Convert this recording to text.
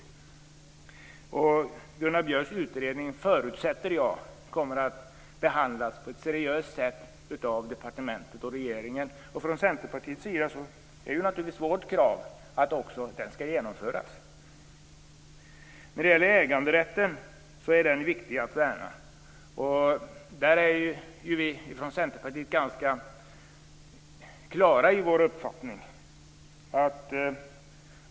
Jag förutsätter att Gunnar Björks utredning kommer att behandlas på ett seriöst sätt av departementet och regeringen. Från Centerpartiets sida är vårt krav naturligtvis att det också skall genomföras. Äganderätten är viktig att värna. Där är vi från Centerpartiet ganska klara i vår uppfattning.